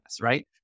right